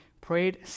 prayed